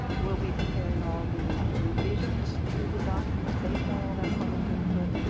we'll be preparing all the revisions to the documents based on all of that public input,